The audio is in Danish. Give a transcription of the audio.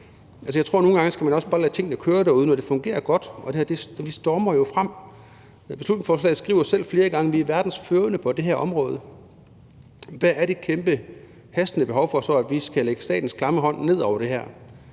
Jeg tror, man nogle gange bare skal lade tingene køre derude, når det fungerer godt – og det her stormer jo frem. I beslutningsforslaget skriver man selv flere gange: Vi er verdensførende på det her område. Hvad er så det kæmpe hastende behov for, at vi skal lægge statens klamme hånd ned over det her?